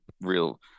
real